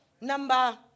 Number